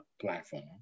platform